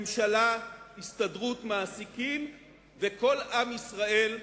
ממשלה, הסתדרות, מעסיקים וכל עם ישראל,